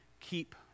keep